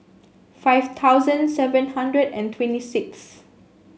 five thousand seven hundred and twenty sixth